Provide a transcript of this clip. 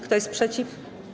Kto jest przeciw?